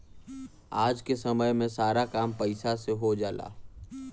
आज क समय में सारा काम पईसा से हो जाला